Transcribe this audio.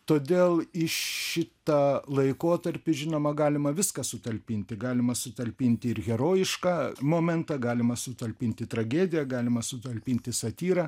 todėl į šitą laikotarpį žinoma galima viską sutalpinti galima sutalpinti ir herojišką momentą galima sutalpinti tragediją galima sutalpinti satyrą